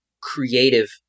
creative